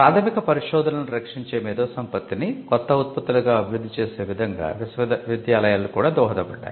ప్రాధమిక పరిశోధనలను రక్షించే మేధోసంపత్తిని కొత్త ఉత్పత్తులుగా అభివృద్ధి చేసే విధంగా విశ్వవిద్యాలయాలు కూడా దోహదపడ్డాయి